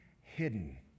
hidden